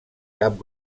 cap